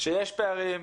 שיש פערים,